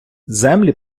землі